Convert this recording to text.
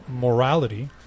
morality